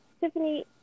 Tiffany